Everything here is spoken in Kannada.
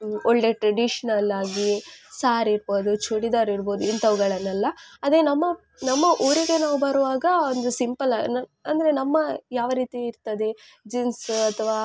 ಒಳ್ಳೆ ಟ್ರೆಡೀಶ್ನಲ್ ಆಗಿ ಸಾರಿ ಇರ್ಬೋದು ಚೂಡಿದಾರ್ ಇರ್ಬೋದು ಇಂಥವುಗಳನ್ನೆಲ್ಲ ಅದೇ ನಮ್ಮ ನಮ್ಮ ಊರಿಗೆ ನಾವು ಬರುವಾಗ ಒಂದು ಸಿಂಪಲ್ ಅಂದರೆ ನಮ್ಮ ಯಾವ ರೀತಿ ಇರ್ತದೆ ಜೀನ್ಸ್ ಅಥವಾ